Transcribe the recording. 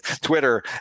Twitter